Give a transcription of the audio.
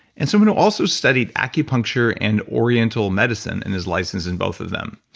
and someone who also studied acupuncture and oriental medicine and is licensed in both of them.